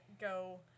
go